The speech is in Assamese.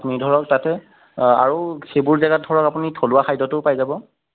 আপুনি ধৰক তাতে আৰু সেইবোৰ জেগাত ধৰক আপুনি থলুৱা খাদ্য়টোও পাই যাব